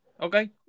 Okay